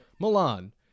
Milan